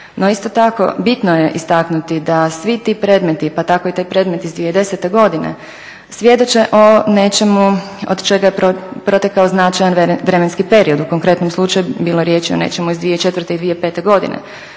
No isto tako bitno je istaknuti da svi ti predmeti, pa tako i taj predmet iz 2010. godine svjedoče o nečemu od čega je protekao značajan vremenski period. U konkretnom slučaju bilo je riječi o nečemu iz 2004. i 2005. što